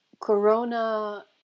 corona